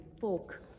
folk